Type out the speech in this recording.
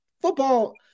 football